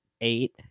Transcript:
eight